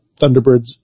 Thunderbirds